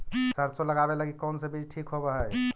सरसों लगावे लगी कौन से बीज ठीक होव हई?